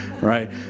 right